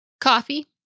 Coffee